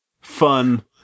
fun